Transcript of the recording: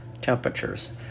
temperatures